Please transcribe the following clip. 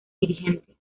dirigente